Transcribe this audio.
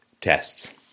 tests